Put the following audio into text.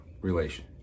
relation